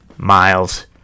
miles